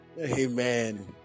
Amen